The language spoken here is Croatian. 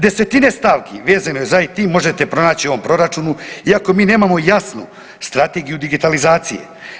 Desetine stavki vezano za IT možete pronaći u ovom proračunu iako mi nemamo jasnu strategiju digitalizacije.